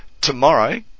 tomorrow